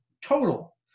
total